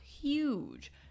huge